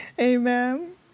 Amen